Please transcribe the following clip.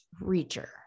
reacher